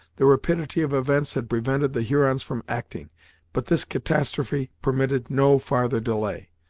the rapidity of events had prevented the hurons from acting but this catastrophe permitted no farther delay.